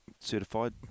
certified